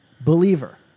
Believer